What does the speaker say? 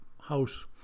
house